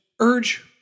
urge